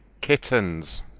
Kittens